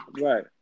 Right